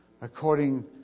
according